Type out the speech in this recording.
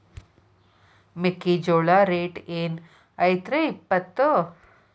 ಮೆಕ್ಕಿಜೋಳ ರೇಟ್ ಏನ್ ಐತ್ರೇ ಇಪ್ಪತ್ತು?